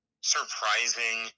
surprising